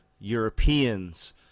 Europeans